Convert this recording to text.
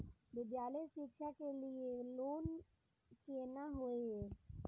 विद्यालय शिक्षा के लिय लोन केना होय ये?